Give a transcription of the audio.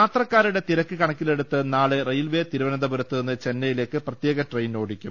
യാത്രക്കാരുടെ തിരക്ക് കണക്കിലെടുത്ത് നാളെ റെയിൽവെ തിരുവന ന്തപുരത്ത് നിന്ന് ചെന്നൈയിലേക്ക് പ്രത്യേക ട്രെയിൻ ഓടിക്കും